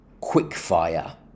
quickfire